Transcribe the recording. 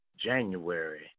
January